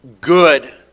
good